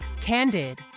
Candid